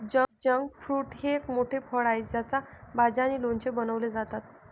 jackfruit हे एक मोठे फळ आहे ज्याच्या भाज्या आणि लोणचे बनवले जातात